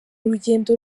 rugendo